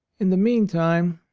in the meantime,